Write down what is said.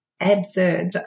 Absurd